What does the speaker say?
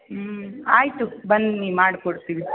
ಹ್ಞೂ ಆಯಿತು ಬನ್ನಿ ಮಾಡಿಕೊಡ್ತೀವಿ